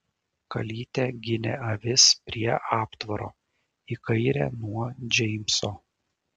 kalytė ginė avis prie aptvaro į kairę nuo džeimso